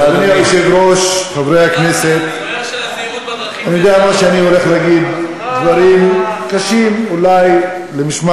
חבר הכנסת גטאס, אנחנו חייבים הסבר על המסר